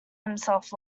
himself